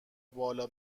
بالا